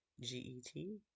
G-E-T